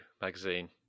magazine